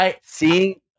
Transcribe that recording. Seeing